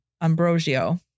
Ambrosio